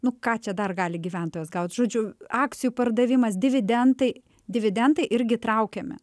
nu ką čia dar gali gyventojas gaut žodžiu akcijų pardavimas dividendai dividendai irgi traukiami